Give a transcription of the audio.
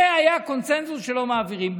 זה, היה קונסנזוס שלא מעבירים.